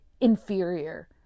inferior